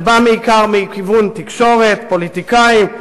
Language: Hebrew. זה בא בעיקר מכיוון תקשורת, פוליטיקאים.